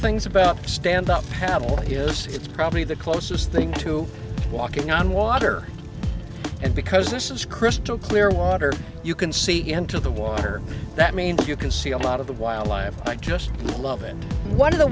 things about stand up paddle yes it's probably the closest thing to walking on water and because this is crystal clear water you can see into the water that means you can see a lot of the wildlife i just love and one of the